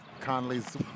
Conley's